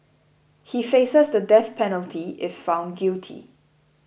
he faces the death penalty if found guilty